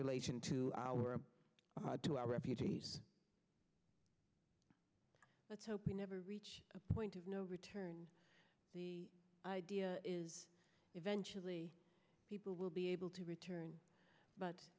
relation to our two are refugees let's hope we never reach a point of no return the idea is eventually people will be able to return but